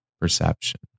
perception